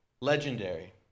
legendary